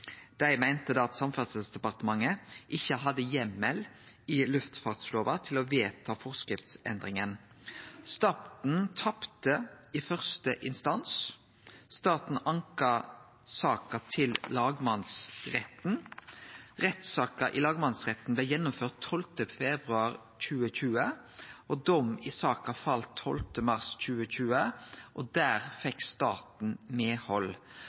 Dei meinte at Samferdselsdepartementet ikkje hadde heimel i luftfartslova til å vedta forskriftsendringa. Staten tapte i første instans. Staten anka saka til lagmannsretten. Rettssaka i lagmannsretten blei gjennomført 12. februar 2020, og dom i saka fall 12. mars 2020. Der fekk staten medhald.